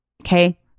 okay